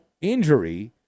injury